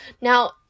now